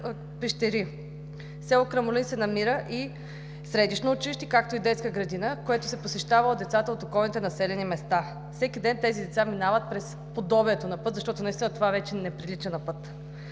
село Крамолин се намира и средищно училище, както и детска градина, което се посещава от децата от околните населени места. Всеки ден тези деца минават през подобието на път, защото това не прилича на път.